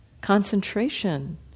concentration